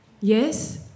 Yes